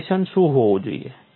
location શું હોવું જોઈએ